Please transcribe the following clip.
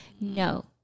No